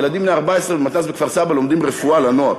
ילדים בני 14 במתנ"ס בכפר-סבא לומדים רפואה לנוער.